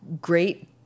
great